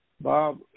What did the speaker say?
Bob